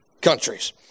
countries